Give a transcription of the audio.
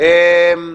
אני מבקשת.